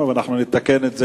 (לא נקראה,